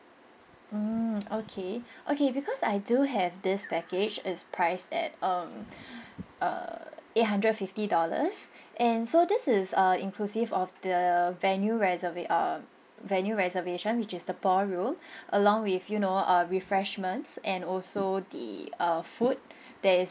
mm okay okay because I do have this package it's priced at um err eight hundred fifty dollars and so this is uh inclusive of the venue reserva~ uh venue reservation which is the ballroom along with you know uh refreshments and also the err food that is